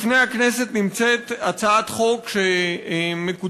לפני הכנסת נמצאת הצעת חוק שמקודמת